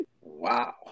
Wow